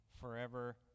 forever